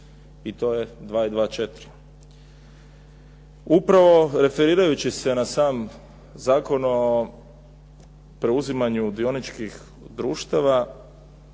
i dva četiri. Upravo referirajući se na sam Zakon o preuzimanju dioničkih društava,